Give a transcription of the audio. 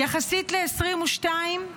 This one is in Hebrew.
יחסית ל-2022,